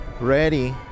ready